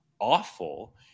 awful